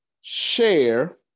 share